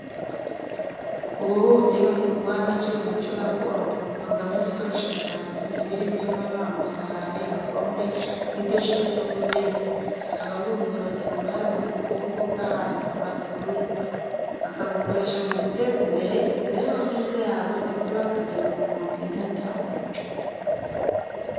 Ububumbyi ni umwuga uha agaciro umuco gakondo, ukorwamo ibikoresho bitandukanye birimo inkono, amasahane, ibikombe n'uduce tw'ubugeni. Ababumbyi bagira uruhare mu bukungu bw'ahantu batuye, bakabukoresha mu guteza imbere imibereho myiza yabo ndetse bakagira ubuzima bwiza cyane.